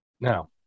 Now